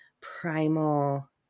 primal